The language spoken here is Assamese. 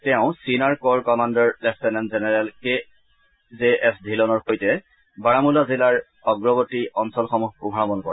তেওঁ চীনাৰ ক'ৰ commander lieutenant general K J S ধীলনৰ সৈতে ৰাৰামলা জিলাৰ অগ্ৰৱৰ্তী অঞ্চলসমূহ ভ্ৰমণ কৰে